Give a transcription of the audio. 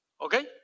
Okay